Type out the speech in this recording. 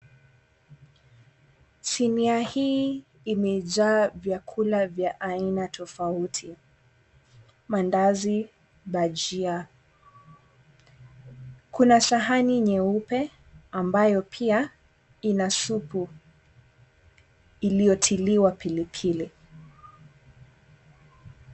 Sinia hii imejaa vyakula vya aina tofauti mandazi, bajia. Kuna sahani nyeupe ambayo pia ina supu iliotiliwa pilipili.